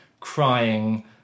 crying